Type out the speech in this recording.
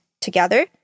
together